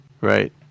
right